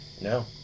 No